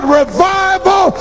revival